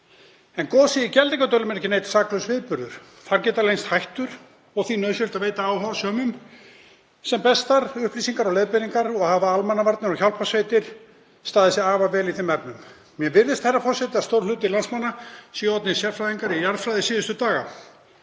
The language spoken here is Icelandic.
En gosið í Geldingadölum er ekki saklaus viðburður. Þar geta leynst hættur og því nauðsynlegt að veita áhugasömum sem bestar upplýsingar og leiðbeiningar og hafa almannavarnir og hjálparsveitir staðið sig afar vel í þeim efnum. Mér virðist, herra forseti, að stór hluti landsmanna sé orðinn sérfræðingar í jarðfræði síðustu daga.